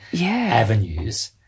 avenues